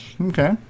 okay